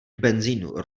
benzínu